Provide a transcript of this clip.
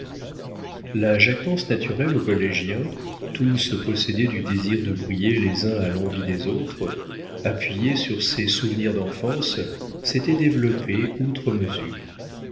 la jactance naturelle aux collégiens tous possédés du désir de briller les uns à l'envi des autres appuyée sur ces souvenirs d'enfance s'était développée outre mesure